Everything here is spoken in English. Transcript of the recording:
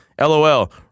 LOL